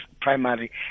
primary